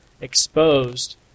exposed